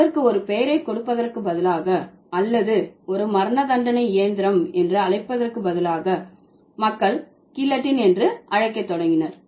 அதற்கு ஒரு பெயரைக் கொடுப்பதற்கு பதிலாக அல்லது ஒரு மரணதண்டனை இயந்திரம் என்று அழைப்பதற்கு பதிலாக மக்கள் கில்லட்டின் என்று அழைக்க தொடங்கினர்